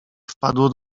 wpadło